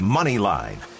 Moneyline